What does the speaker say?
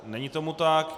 Není tomu tak.